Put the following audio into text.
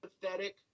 pathetic